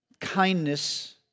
Kindness